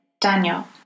Daniel